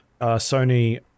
Sony